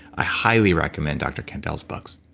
i highly recommend dr. kandel's books